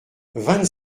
vingt